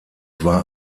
war